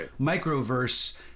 microverse